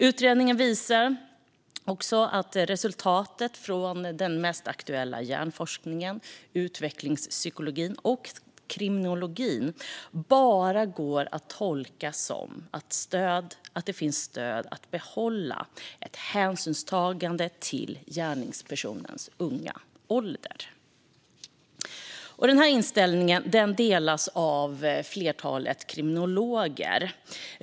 Utredningen visar att resultat från den mest aktuella hjärnforskningen, utvecklingspsykologin och kriminologin bara går att tolka som ett stöd för att behålla ett hänsynstagande till gärningspersoners unga ålder. Denna inställning delas av ett flertal kriminologer.